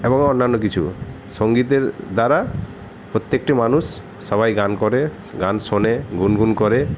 এবং অন্যান্য কিছুও সঙ্গীতের দ্বারা প্রত্যেকটি মানুষ সবাই গান করে গান শোনে গুনগুন করে